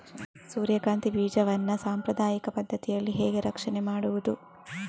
ಸೂರ್ಯಕಾಂತಿ ಬೀಜವನ್ನ ಸಾಂಪ್ರದಾಯಿಕ ಪದ್ಧತಿಯಲ್ಲಿ ಹೇಗೆ ರಕ್ಷಣೆ ಮಾಡುವುದು